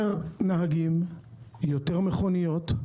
יותר נהגים, יותר מכוניות,